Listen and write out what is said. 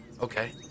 Okay